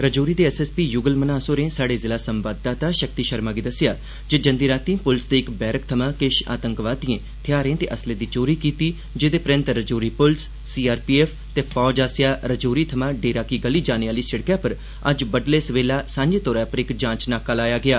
रजौरी दे एसएसपी युगल मन्हास होरें स्हाड़े जिला संवाददाता शक्ति शर्मा गी दस्सेआ जे जंदी रातीं पुलस दे इक बैरक थमां किश आतंकवादिएं थेहारें ते असले दी चोरी कीती जेहदे परैन्त रजौरी पुलस सीआरपीएफ ते फौज आसेआ रजौरी थमां डेरा की गली जाने आहली सिड़कै पर अज्ज बड्डलै सवेला इक सांझी जांच चौकी कायम कीती गेई